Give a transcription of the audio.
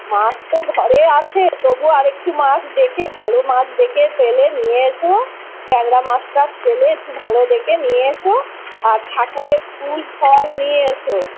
মাছ তো ঘরে আছে তবুও আর একটু মাছ দেখে ভালো মাছ দেকে পেলে নিয়ে এসো ট্যাংরা মাছ টাছ পেলে একটু ভালো দেকে নিয়ে এসো আর ঠাকুরের ফুল ফল নিয়ে এসো